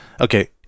Okay